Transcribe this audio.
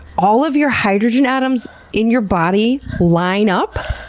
all of your hydrogen atoms in your body line up!